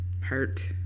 Hurt